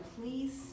please